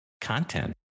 content